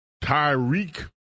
Tyreek